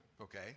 Okay